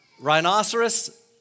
Rhinoceros